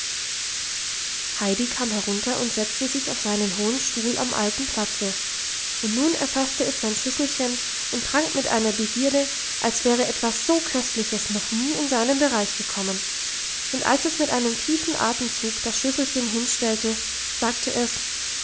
heidi kam herunter und setzte sich auf seinen hohen stuhl am alten platze und nun erfasste es sein schüsselchen und trank mit einer begierde als wäre etwas so köstliches noch nie in seinen bereich gekommen und als es mit einem tiefen atemzug das schüsselchen hinstellte sagte es